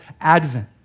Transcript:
Advent